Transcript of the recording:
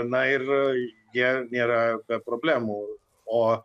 na ir jie nėra problemų o